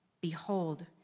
Behold